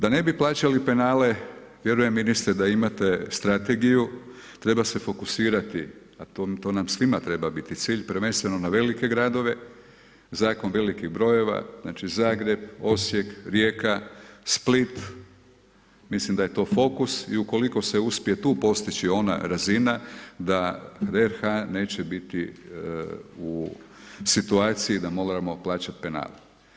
Da ne bi plaćali penale, vjerujem ministre da imate strategiju, treba se fokusirati, a to nam svima treba biti cilj, prvenstveno na velike gradove, zakon velikih brojeva, znači Zagreb, Osijek, Rijeka, Split, mislim da je to fokus i ukoliko se uspije tu postići ona razina da RH neće biti u situaciji da moramo plaćati penale.